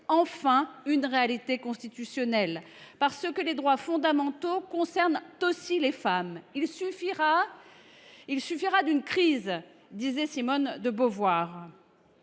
enfin une réalité constitutionnelle, parce que les droits fondamentaux concernent aussi les femmes. « Il suffira d’une crise », disait Simone de Beauvoir.